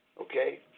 Okay